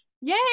Yay